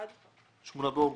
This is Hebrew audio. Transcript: עד ה-8 באוגוסט.